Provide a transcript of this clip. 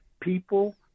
people